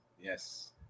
yes